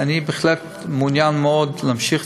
ואני בהחלט מעוניין מאוד להמשיך,